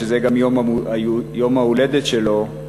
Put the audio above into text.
שזה גם יום ההולדת שלו,